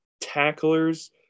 tacklers